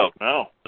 no